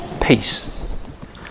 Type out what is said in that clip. Peace